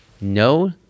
No